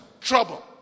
trouble